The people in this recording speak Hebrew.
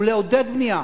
ולעודד בנייה,